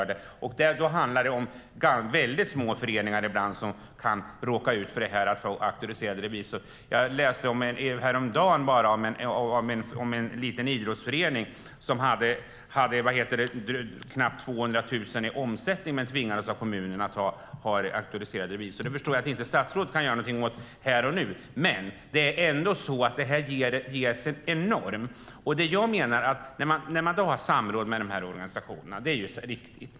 Det handlar om väldigt små föreningar som ibland kan råka ut för kravet på auktoriserad revisor. Jag läste häromdagen om en liten idrottsförening som hade knappt 200 000 kronor i omsättning men tvingades av kommunen att ha auktoriserad revisor. Jag förstår att statsrådet inte kan göra någonting åt det här och nu, men det är ändå så att detta ger en norm. Det är riktigt att man har samråd med dessa organisationer.